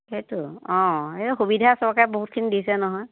সেইটো অঁ এই সুবিধা চৰকাৰে বহুতখিনি দিছে নহয়